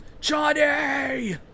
johnny